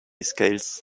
scales